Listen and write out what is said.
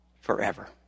forever